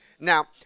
Now